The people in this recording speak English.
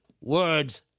words